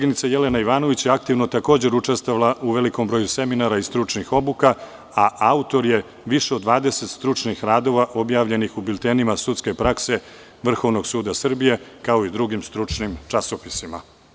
Koleginica Jelena Ivanović je, takođe, aktivno učestvovala u velikom broju seminara i stručnih obuka, a autor je više od 20 stručnih radova objavljenih u biltenima sudske prakse Vrhovnog suda Srbije, kao i drugim stručnim časopisima.